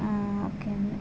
okay అండి